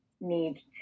need